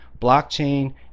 blockchain